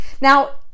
Now